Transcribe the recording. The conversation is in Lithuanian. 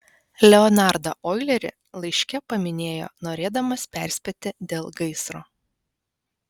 leonardą oilerį laiške paminėjo norėdamas perspėti dėl gaisro